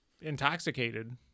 intoxicated